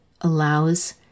allows